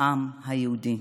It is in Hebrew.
העם היהודי.